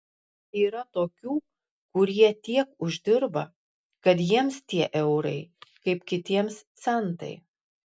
yra tokių kurie tiek uždirba kad jiems tie eurai kaip kitiems centai